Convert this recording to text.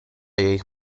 jejich